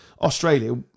Australia